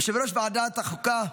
יושב-ראש ועדת החוקה,